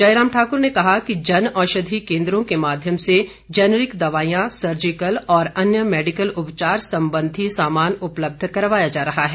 जयराम ठाकुर ने कहा कि जन औषधि केंद्रों के माध्यम से जेनेरिक दवाइयां सर्जिकल और अन्य मेडिकल उपचार संबंधी सामान उपलब्ध करवाया जा रहा है